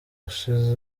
bakekwa